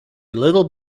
little